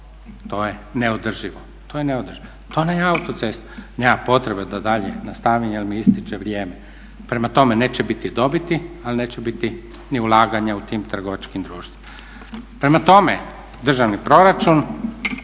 to je neodrživo, to je neodrživo, to … autocesta, nema potrebe da dalje nastavim jer mi ističe vrijeme. Prema tome, neće biti dobiti, ali neće biti ni ulaganja u tim trgovačkim društvima. Prema tome, državni proračun